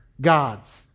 God's